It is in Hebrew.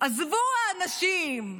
עזבו האנשים,